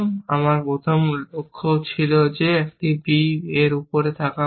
আমার প্রথম লক্ষ্য ছিল যে একটি b এর উপর থাকা উচিত